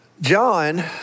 John